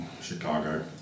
Chicago